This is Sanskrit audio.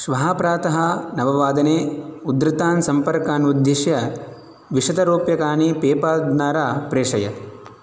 श्वः प्रातः नववादने उद्धृतान् सम्पर्कान् उद्दिश्य द्विशतरूप्यकाणि पेपाल् द्वारा प्रेषय